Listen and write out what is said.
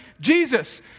Jesus